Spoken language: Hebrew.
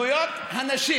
וההתנגדויות: הנשים.